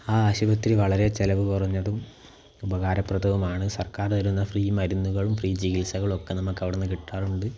ആ ആശുപത്രി വളരെ ചിലവ് കുറഞ്ഞതും ഉപകാരപ്രദവുമാണ് സർക്കാർ തരുന്ന ഫ്രീ മരുന്നുകളും ഫ്രീ ചികിത്സകളൊക്കെ നമുക്ക് അവിടെനിന്ന് കിട്ടാറുണ്ട്